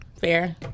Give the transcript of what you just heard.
fair